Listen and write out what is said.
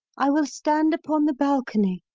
i will stand upon the balcony.